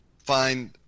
find